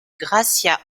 gracia